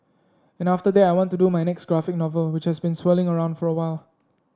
and after that I want do my next graphic novel which has been swirling around for a while